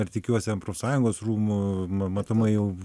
ar tikiuosi an profsąjungos rūmų matomai jau